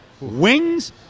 Wings